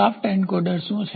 shaft encoder શું છે